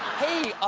hey,